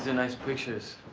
ah nice pictures.